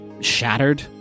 shattered